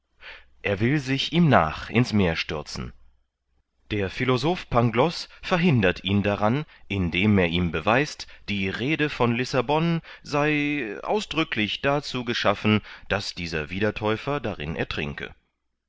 er will sich ihm nach ins meer stürzen der philosoph pangloß verhindert ihn daran indem er ihm beweist die rhede von lissabon sei ausdrücklich dazu geschaffen daß dieser wiedertäufer darin ertrinke